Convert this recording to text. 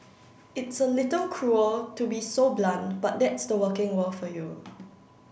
it's a little cruel to be so blunt but that's the working world for you